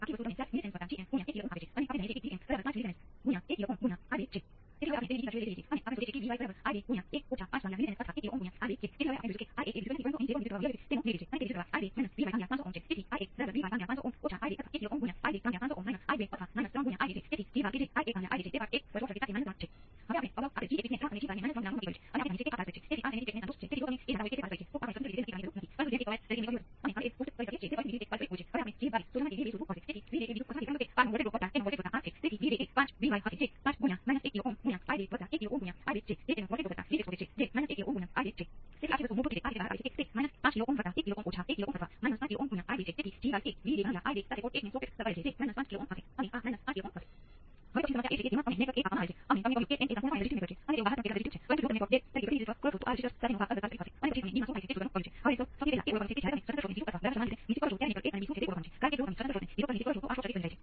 આ કિસ્સામાં પરિવર્તનનો દર પ્રમાણસર છે પરંતુ ત્યાં ઋણાત્મક સંજ્ઞા છે તેથી ત્યાં શું થાય છે કે તે અનુસરે છે અને પછી અનુગામીનો દર સમાપ્ત થાય છે અને છેલ્લે જ્યાં સુધી તે 0 સુધી પહોંચે ત્યારે તે સમાપ્ત થાય છે પરંતુ ત્યાં માત્ર t અનંત હોઈ શકે છે અને તે એસિમ્પ્ટોટિકલી કેટલાક મૂલ્ય સુધી પહોંચવા તરીકે ઓળખાય છે એટલે કે t ના કોઈપણ મર્યાદિત મૂલ્ય માટે તે 0 મૂલ્ય સુધી નહીં પહોંચે પરંતુ તે ફક્ત t અનંત માટે છે